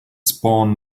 spawn